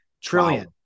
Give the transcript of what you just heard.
trillion